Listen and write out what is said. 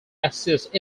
assist